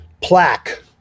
plaque